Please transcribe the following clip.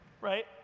right